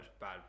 Bad